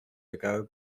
ago